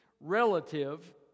relative